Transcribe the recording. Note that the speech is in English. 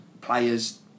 players